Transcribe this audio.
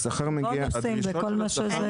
בונוסים וכל מה?